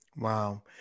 Wow